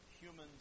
humans